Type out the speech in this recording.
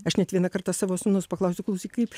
aš net vieną kartą savo sūnaus paklausiau klausyk kaip